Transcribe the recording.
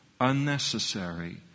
unnecessary